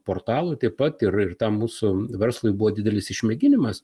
portalui taip pat ir ir tam mūsų verslui buvo didelis išmėginimas